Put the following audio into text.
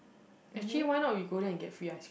actually why not we go there and get free ice cream